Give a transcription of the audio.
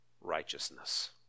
righteousness